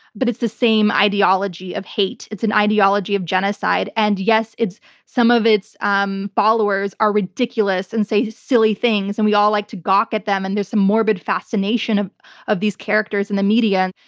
but it's the same ideology of hate. it's an ideology of genocide and yes, some of its um followers are ridiculous and say silly things. and we all like to gawk at them and there's some morbid fascination of of these characters in the media.